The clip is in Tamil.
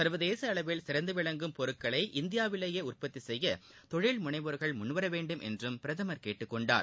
சர்வதேச அளவில் சிறந்து விளங்கும் பொருட்களை இந்தியாவிலேயே உற்பத்தி செய்ய தொழில் முனைவோர்கள் முன்வர வேண்டும் என்றும் பிரதமர் கேட்டுக்கொண்டார்